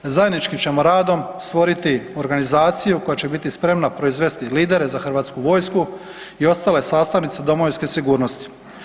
Zajedničkim ćemo radom stvoriti organizaciju koja će biti sprema proizvesti lidere za hrvatsku vojsku i ostale sastavnice domovinske sigurnosti.